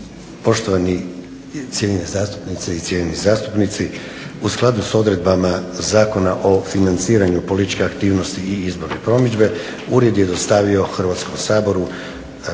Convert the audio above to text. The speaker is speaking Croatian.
poštovani cijenjeni zastupnici i cijenjene zastupnice. U skladu sa odredbama Zakona o financiranju političke aktivnosti i izborne promidžbe ured je dostavio Hrvatskom saboru